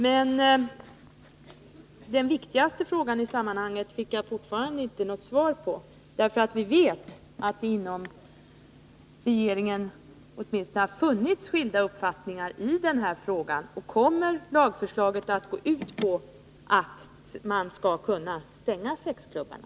Men den viktigaste frågan i sammanhanget fick jag fortfarande inte något svar på. Vi vet att det inom regeringen åtminstone har funnits skilda uppfattningar i frågan: Kommer lagförslaget att gå ut på att man skall kunna stänga sexklubbarna?